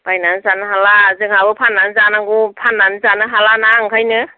बायनानै जानो हाला जोंहाबो फान्नानै जानांगौ फान्नानै जानो हाला ना ओंखायनो